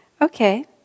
Okay